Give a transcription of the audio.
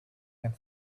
and